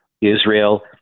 Israel